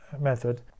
method